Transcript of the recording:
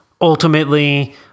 Ultimately